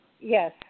yes